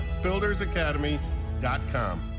buildersacademy.com